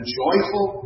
joyful